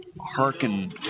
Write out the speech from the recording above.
Hearken